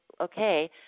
okay